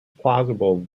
plausible